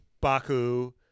Baku